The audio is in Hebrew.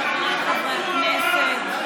חברי הכנסת,